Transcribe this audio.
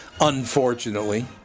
Unfortunately